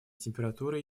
температуры